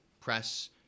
press